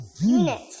unit